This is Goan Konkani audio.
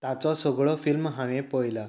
ताचो सगळो फिल्म हांवें पळयलां